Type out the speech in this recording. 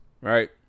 Right